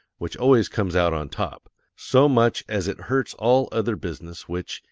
which always comes out on top, so much as it hurts all other business which,